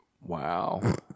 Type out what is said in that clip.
wow